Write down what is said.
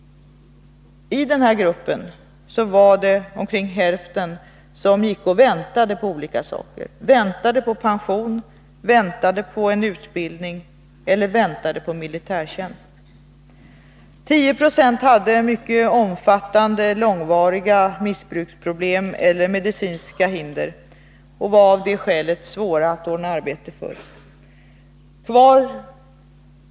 I den här gruppen av människor gick omkring hälften och väntade på olika omfattande och långvariga missbruksproblem eller medicinska hinder, och det var av dessa skäl svårt att ordna arbete åt dem.